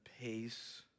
pace